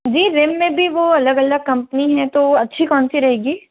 जी रिम में भी वो अलग अलग कंपनी है तो अच्छी कौन सी रहेगी